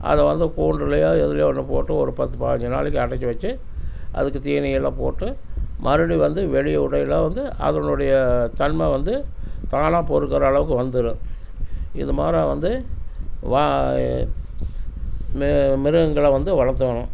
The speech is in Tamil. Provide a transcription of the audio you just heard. அதை வந்து கூண்டுலேயோ எதுலேயோ ஒன்றில் போட்டு ஒரு பத்து பாஞ்சு நாளைக்கு அடைச்சு வச்சு அதுக்குத் தீனி எல்லாம் போட்டு மறுபடி வந்து வெளியே விடயில வந்து அதனுடைய தன்மை வந்து தானாக பொறுக்கிற அளவுக்கு வந்துடும் இது மாரி வந்து மிருகங்களை வந்து வளர்த்தணும்